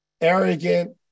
arrogant